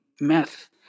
meth